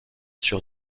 sur